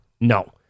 No